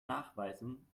nachweisen